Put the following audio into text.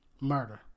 Murder